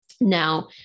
Now